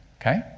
Okay